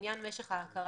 לעניין משך הזמן.